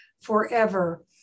forever